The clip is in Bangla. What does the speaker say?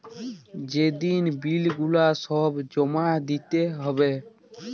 যে দিন বিল গুলা সব জমা দিতে হ্যবে